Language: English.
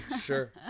sure